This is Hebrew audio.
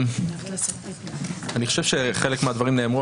אני רק מציב את העובדה שהיום הקואליציה לא ממנה את הנשיא.